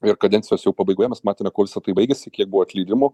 ir kadencijos jau pabaigoje mes matėme kuo visa tai baigėsi kiek buvo atleidimų